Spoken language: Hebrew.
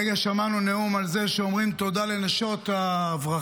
הרגע שמענו נאום על זה שאומרים תודה לנשות האברכים,